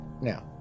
Now